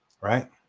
Right